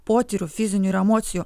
potyrių fizinių ir emocijų